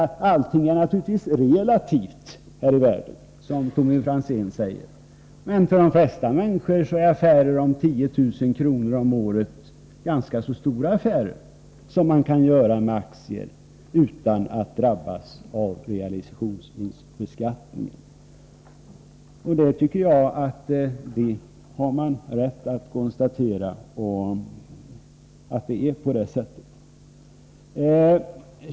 Allting är naturligtvis relativt här i världen, som Tommy Franzén säger, men för de flesta människor är ändå affärer på 10 000 kr. om året ganska stora affärer — och sådana affärer kan man alltså göra med aktier utan att drabbas av realisationsvinstbeskattning. Jag anser att jag har rätt att konstatera att det är på det sättet.